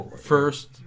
first